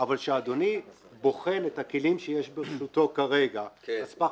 אבל כשאדוני בוחן את הכלים שיש ברשותו כרגע על סמך